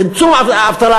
צמצום אבטלה,